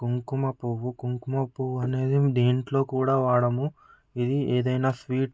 కుంకుమపువ్వు కుంకుమపువ్వు అనేది మేము దేంట్లో కూడా వాడము ఇది ఏదైనా స్వీట్